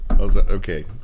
Okay